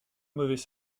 mauvais